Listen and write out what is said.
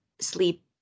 sleep